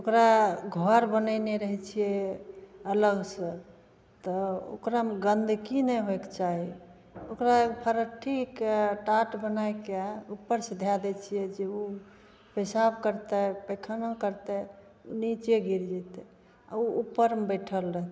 ओकरा घर बनेने रहै छिए अलगसे तऽ ओकरा गन्दगी नहि होइके चाही ओकरा फरट्ठीके टाट बनैके उपरसे धै दै छिए जे ओ पेसाब करतै पैखाना करतै निचे गिर जेतै आओर ओ उपरमे बैठल रहतै